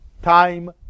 Time